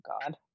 God